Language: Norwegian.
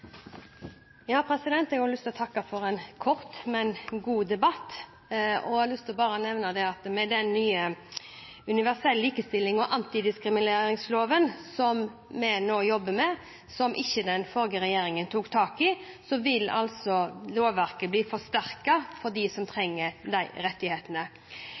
Jeg har lyst til å takke for en kort, men god debatt. Jeg har bare lyst til også å nevne at med den nye universell likestillings- og antidiskrimineringsloven som vi nå jobber med – som den forrige regjeringen ikke tok tak i – vil lovverket bli forsterket for dem som trenger disse rettighetene.